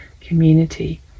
community